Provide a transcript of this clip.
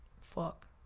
Fuck